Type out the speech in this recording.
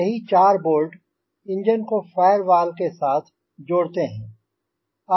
यही 4 bolt engine को firewall के साथ जोड़ते हैं